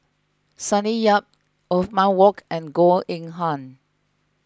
Sonny Yap Othman Wok and Goh Eng Han